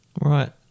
Right